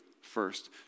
first